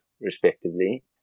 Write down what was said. respectively